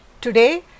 today